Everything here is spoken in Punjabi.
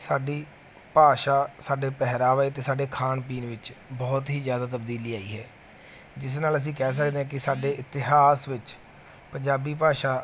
ਸਾਡੀ ਭਾਸ਼ਾ ਸਾਡੇ ਪਹਿਰਾਵੇ ਅਤੇ ਸਾਡੇ ਖਾਣ ਪੀਣ ਵਿੱਚ ਬਹੁਤ ਹੀ ਜ਼ਿਆਦਾ ਤਬਦੀਲੀ ਆਈ ਹੈ ਜਿਸ ਨਾਲ ਅਸੀਂ ਕਹਿ ਸਕਦੇ ਹਾਂ ਕਿ ਸਾਡੇ ਇਤਿਹਾਸ ਵਿੱਚ ਪੰਜਾਬੀ ਭਾਸ਼ਾ